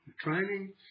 training